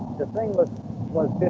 the thing but was